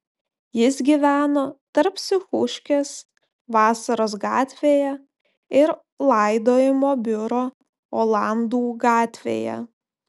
jis gyveno tarp psichuškės vasaros gatvėje ir laidojimo biuro olandų gatvėje